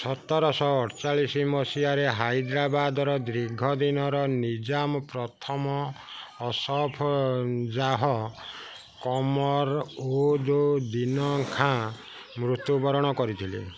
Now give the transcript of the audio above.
ସତର ଶହ ଅଡ଼ଚାଲିଶି ମସିହାରେ ହାଇଦ୍ରାବାଦର ଦୀର୍ଘ ଦିନର ନିଜାମ ପ୍ରଥମ ଅସଫ୍ ଜାହ କମର୍ ଉଦ୍ ଦିନ୍ ଖାଁ ମୃତ୍ୟୁବରଣ କରିଥିଲେ